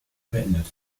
beendet